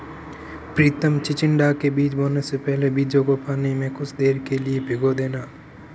प्रितम चिचिण्डा के बीज बोने से पहले बीजों को पानी में कुछ देर के लिए भिगो देना